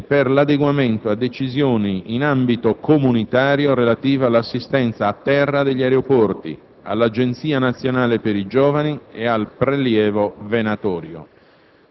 e per l’adeguamento a decisioni in ambito comunitario relative all’assistenza a terra negli aeroporti, all’Agenzia nazionale per i giovani e al prelievo venatorio,